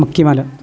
മുക്യമല